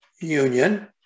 union